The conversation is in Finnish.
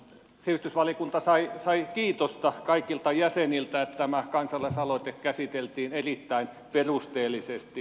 sivistysvaliokunta sai kiitosta kaikilta jäseniltä että tämä kansalaisaloite käsiteltiin erittäin perusteellisesti